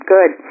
Good